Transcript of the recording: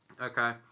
Okay